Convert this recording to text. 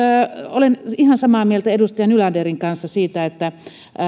olen ihan samaa mieltä edustaja nylanderin kanssa siitä että